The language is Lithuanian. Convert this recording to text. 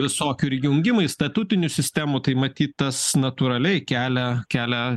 visokių ir jungimai statutinių sistemų tai matyt tas natūraliai kelia kelia